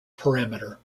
parameter